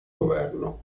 governo